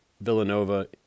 Villanova